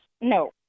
no